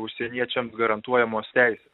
užsieniečiams garantuojamos teisės